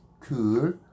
cool